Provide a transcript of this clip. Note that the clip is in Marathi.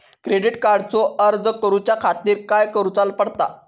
क्रेडिट कार्डचो अर्ज करुच्या खातीर काय करूचा पडता?